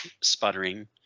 sputtering